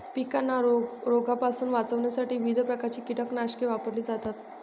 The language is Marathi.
पिकांना रोगांपासून वाचवण्यासाठी विविध प्रकारची कीटकनाशके वापरली जातात